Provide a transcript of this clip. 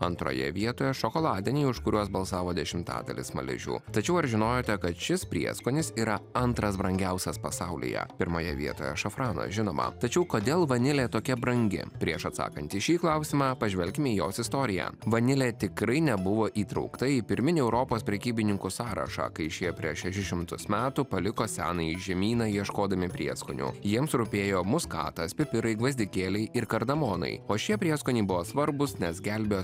antroje vietoje šokoladiniai už kuriuos balsavo dešimtadalis smaližių tačiau ar žinojote kad šis prieskonis yra antras brangiausias pasaulyje pirmoje vietoje šafrano žinoma tačiau kodėl vanilė tokia brangi prieš atsakant į šį klausimą pažvelkime į jos istoriją vanilė tikrai nebuvo įtraukta į pirminį europos prekybininkų sąrašą kai šie prieš šešis šimtus metų paliko senąjį žemyną ieškodami prieskonių jiems rūpėjo muskatas pipirai gvazdikėliai ir kardamonai o šie prieskoniai buvo svarbūs nes gelbėjo